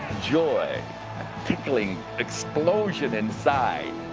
joy. a tickling explosion inside.